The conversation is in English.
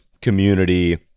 community